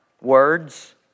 words